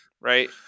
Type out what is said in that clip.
right